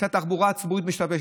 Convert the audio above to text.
כשהתחבורה הציבורית משתפרת.